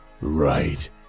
right